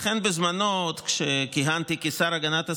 לכן, בזמנו, עוד כשכיהנתי כשר להגנת הסביבה,